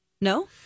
No